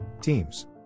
Teams